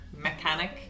Mechanic